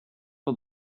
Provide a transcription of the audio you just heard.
for